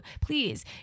Please